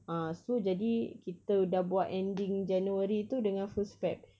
ah so jadi kita dah buat ending january tu dengan first feb